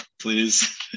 please